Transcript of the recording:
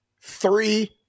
Three